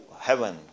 heaven